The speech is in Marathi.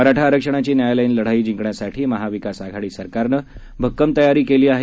मराठा आरक्षणाची न्यायालयीन लढाई जिंकण्यासाठी महाविकास आघाडी सरकारनं भक्कम तयारी केली आहे